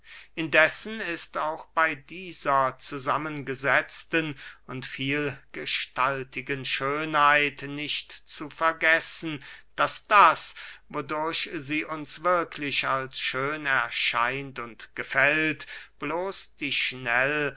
indessen ist auch bey dieser zusammengesetzten und vielgestaltigen schönheit nicht zu vergessen daß das wodurch sie uns wirklich als schön erscheint und gefällt bloß die schnell